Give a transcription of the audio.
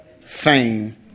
fame